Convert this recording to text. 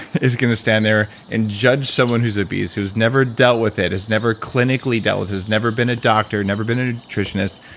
is going to stand there and judge someone who's obese, who's never dealt with it, has never clinically dealt with it, has never been a doctor, never been a nutritionist,